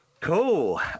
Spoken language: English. Cool